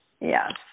yes